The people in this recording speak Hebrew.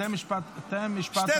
תן משפט אחרון.